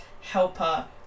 helper